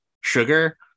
sugar